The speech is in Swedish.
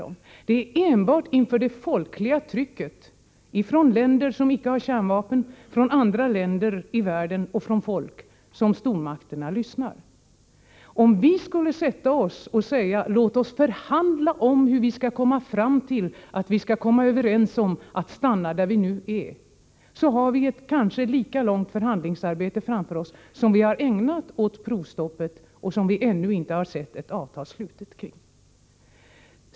Det är enbart det folkliga trycket — från länder som icke har kärnvapen och från andra länder och folk i världen — som kan få stormakterna att lyssna. Om vi i stället skulle säga som moderaterna: Låt oss förhandla om hur vi skall kunna komma överens om att stanna där vi nu är! har vi sannolikt ett lika långt förberedelseoch förhandlingsarbete framför oss som vi har bakom oss när det gäller provstoppet, som f. ö. också ingår som en del i frysförslaget. Där har vi ännu inte sett något avtal slutet.